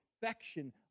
perfection